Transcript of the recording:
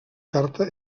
carta